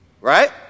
right